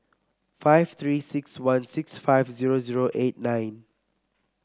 five Three six one six five zero zero eight nine